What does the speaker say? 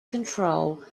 control